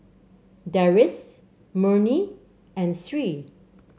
Deris Murni and Sri